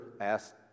asked